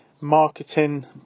marketing